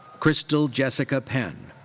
crystal jessica penn.